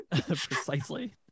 precisely